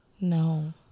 No